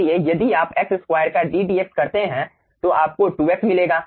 इसलिए यदि आप x2 का d dx करते हैं तो आपको 2 x मिलेगा